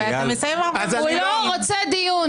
הוא לא רוצה דיון.